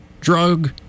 Drug